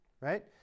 right